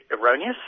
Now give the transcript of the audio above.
erroneous